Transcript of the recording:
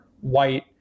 white